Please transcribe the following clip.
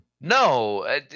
no